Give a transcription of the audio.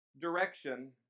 direction